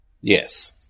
Yes